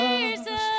Jesus